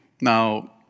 Now